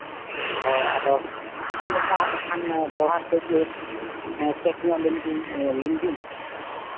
ᱦᱳᱭ ᱟᱫᱚ ᱪᱮᱫ ᱞᱮᱠᱟ ᱟᱨ ᱵᱟᱠᱷᱟᱱ ᱫᱚᱦᱲᱟ ᱠᱟᱹᱡ ᱪᱮᱠ ᱧᱚᱜ ᱞᱤᱧ ᱵᱤᱱ ᱞᱤᱧ ᱵᱤᱱ